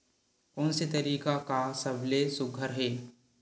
कोन से तरीका का सबले सुघ्घर हे?